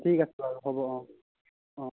ঠিক আছে বাৰু হ'ব অ অ